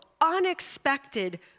unexpected